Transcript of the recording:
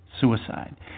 suicide